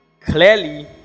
clearly